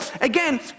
again